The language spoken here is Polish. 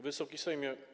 Wysoki Sejmie!